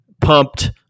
pumped